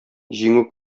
җиңү